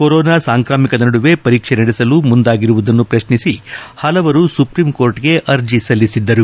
corona ಸಾಂಕ್ರಾಮಿಕದ ನಡುವೆ ಪರೀಕ್ಷೆ ನಡೆಸಲು ಮುಂದಾಗಿರುವುದನ್ನು ಪ್ರಶ್ನಿಸಿ ಹಲವರು ಸುಪ್ರಿಂಕೋರ್ಟ್ಗೆ ಅರ್ಜಿ ಸಲ್ವಿಸಿದ್ದರು